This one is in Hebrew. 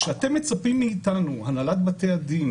כשאתם מצפים מאתנו הנהלת בתי הדין